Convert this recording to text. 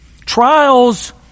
Trials